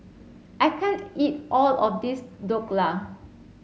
I can't eat all of this Dhokla